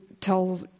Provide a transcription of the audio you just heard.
tell